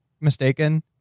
mistaken